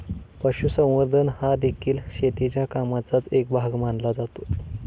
पशुसंवर्धन हादेखील शेतीच्या कामाचाच एक भाग मानला जातो